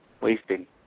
wasting